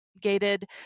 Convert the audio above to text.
Gated